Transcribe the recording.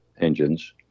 engines